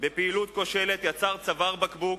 בפעילות כושלת, יצר צוואר בקבוק